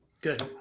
good